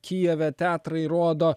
kijeve teatrai rodo